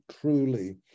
truly